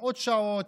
מאות שעות,